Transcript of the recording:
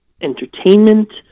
entertainment